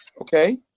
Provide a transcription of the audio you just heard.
Okay